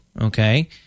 okay